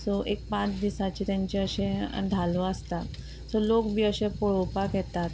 so एक पांच दिसाचे तेंचे अशे धालो आसता सो लोक बी अशे पळोवपाक येतात